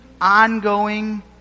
ongoing